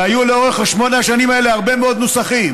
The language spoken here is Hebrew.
והיו לאורך שמונה השנים האלה הרבה מאוד נוסחים,